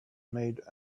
made